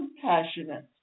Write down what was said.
compassionate